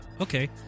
Okay